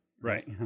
Right